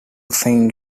think